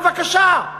בבקשה,